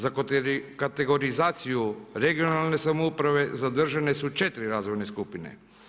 Za kategorizaciju regionalne samouprave zadržane su četiri razvojne skupine.